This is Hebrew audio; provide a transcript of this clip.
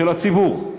של הציבור.